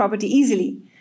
easily